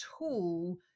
tool